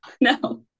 No